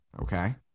Okay